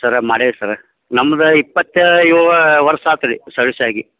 sir ಮಾಡೇವಿ sir ನಮ್ದು ಇಪ್ಪತ್ತ ಏಳು ವರ್ಷ ಆತು ರೀ ಸರ್ವಿಸ್ಸಾಗಿ